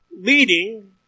leading